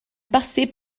bosib